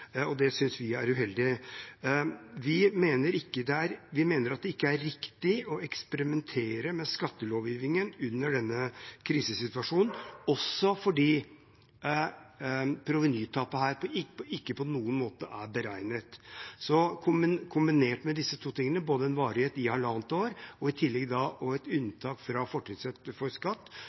og det synes vi er uheldig. Vi mener at det ikke er riktig å eksperimentere med skattelovgivningen under denne krisesituasjonen, også fordi provenytapet her ikke på noen måte er beregnet. Disse to tingene kombinert, både en varighet på halvannet år og et unntak fra fortrinnsretten for skatt,